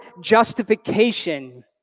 justification